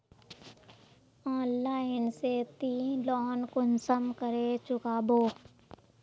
Online से ती loan कुंसम करे चुकाबो?